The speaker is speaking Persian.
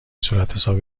صورتحساب